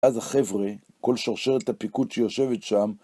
אז החבר׳ה, כל שרשרת הפיקוד שיושבת שם...